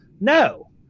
No